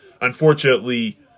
unfortunately